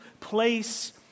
place